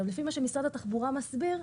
לפי מה שמשרד תחבורה מסביר,